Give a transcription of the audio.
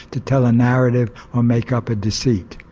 to tell a narrative or make up a deceit.